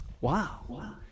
Wow